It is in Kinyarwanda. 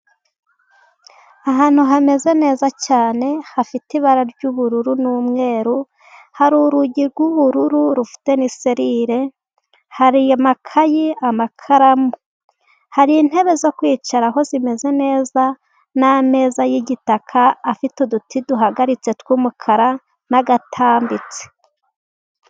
Ahantu hameze neza cyane, hafite ibara ry'ubururu n'umweru, hari urugi rw'ubururu, rufite n'iserire hari amakayi, amakaramu, hari intebe zo kwicaraho zimeze neza, n'ameza y'igitaka, afite uduti duhagaritse tw'umukara, n'agatambitse.